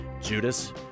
Judas